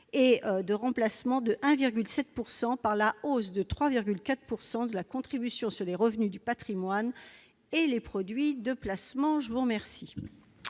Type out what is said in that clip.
et de remplacement de 1,7 % par la hausse de 3,4 % de la contribution sur les revenus du patrimoine et les produits de placements. Quel